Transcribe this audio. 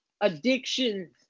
addictions